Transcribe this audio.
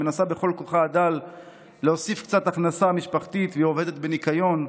שמנסה בכל כוחה הדל להוסיף קצת הכנסה משפחתית והיא עובדת בניקיון.